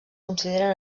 consideren